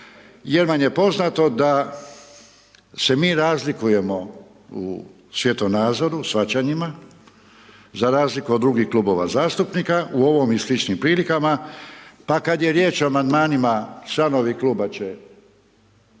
jer vam je poznato da se mi razlikujemo u svjetonazoru, u shvaćanjima za razliku od drugih klubova zastupnika u ovom i sličnim prilikama, pa kad je riječ o Amandmanima, članovi kluba će